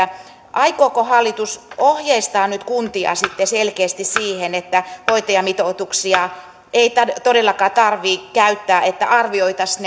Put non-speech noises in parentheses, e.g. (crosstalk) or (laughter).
aikooko hallitus ohjeistaa kuntia nyt sitten selkeästi siihen että hoitajamitoituksia ei todellakaan tarvitse käyttää ja että arvioitaisiin (unintelligible)